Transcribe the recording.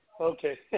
Okay